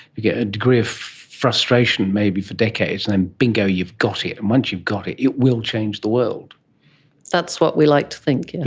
you get a degree of frustration maybe for decades, and then bingo, you've got it. once you've got it, it will change the world that's what we like to think, and